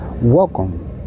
Welcome